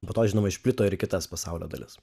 po to žinoma išplito ir į kitas pasaulio dalis